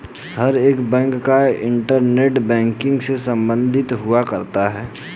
हर एक बैंक का internet banking से सम्बन्ध हुआ करता है